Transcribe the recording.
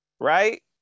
right